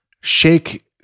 Shake